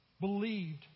believed